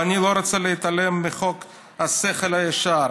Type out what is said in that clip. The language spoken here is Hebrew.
ואני לא רוצה להתעלם מחוק השכל הישר.